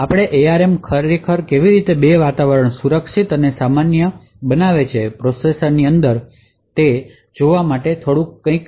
આપણે એઆરએમ ખરેખર કેવી રીતે બે વાતાવરણ સુરક્ષિત અને સમાન પ્રોસેસરની અંદર સામાન્ય વિશ્વના વાતાવરણ માટે આ વ્યવસ્થા કરે છે તે વિશે થોડુંક જોઈએ છીએ